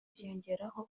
byiyongeraho